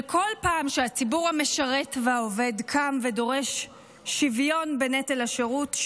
אבל בכל פעם שהציבור המשרת והעובד קם ודורש שוויון בנטל השירות,